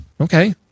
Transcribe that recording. Okay